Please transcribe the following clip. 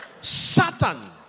Satan